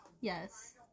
Yes